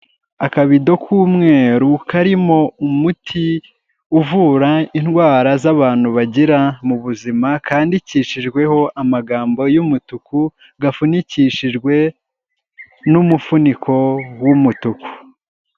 Akabido k'umweru karimo umuti uvura indwara z'abantu bagira mu buzima kandikishijweho amagambo y'umutuku, gafunikishijwe n'umufuniko w'umutuku.